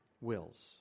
wills